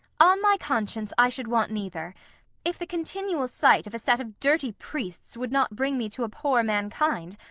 on my conscience i should want neither if the continual sight of a set of dirty priests would not bring me to abhor mankind,